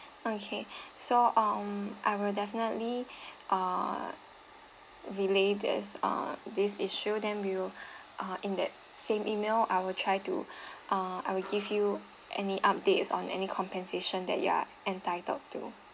okay so um I will definitely uh relay this uh this issue then we will uh in that same email I will try to uh I will give you any updates or any compensation that you are entitled to